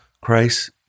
Christ